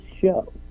show